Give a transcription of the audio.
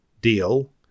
deal